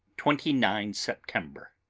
twenty nine september.